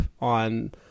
on